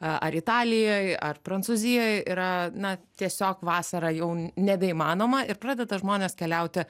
a ar italijoj ar prancūzijoj yra na tiesiog vasarą jau nebeįmanoma ir pradeda žmonės keliauti